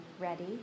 ready